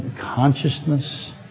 consciousness